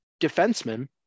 defenseman